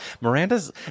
Miranda's